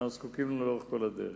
שאנחנו זקוקים לו לאורך כל הדרך.